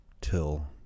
till